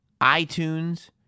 iTunes